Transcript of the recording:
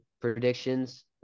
predictions